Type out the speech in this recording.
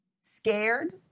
scared